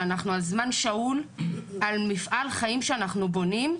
שאנחנו על זמן שאול על מפעל חיים שאנחנו בונים,